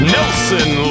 Nelson